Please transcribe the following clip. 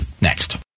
next